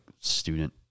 student